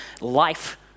life